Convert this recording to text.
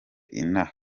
inaha